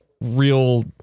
real